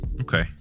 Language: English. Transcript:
Okay